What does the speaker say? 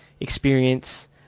Experience